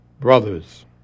brothers